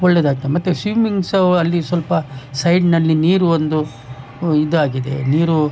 ಒಳ್ಳೆಯದಾಗ್ತದೆ ಮತ್ತೆ ಸ್ವಿಮಿಂಗ್ ಸಹ ಅಲ್ಲಿ ಸ್ವಲ್ಪ ಸೈಡ್ನಲ್ಲಿ ನೀರು ಒಂದು ಇದಾಗಿದೆ ನೀರು